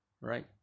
Right